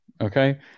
okay